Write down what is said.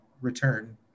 return